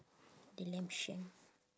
the lamb shank